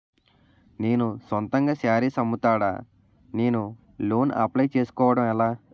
నేను సొంతంగా శారీస్ అమ్ముతాడ, నేను లోన్ అప్లయ్ చేసుకోవడం ఎలా?